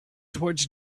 towards